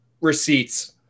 Receipts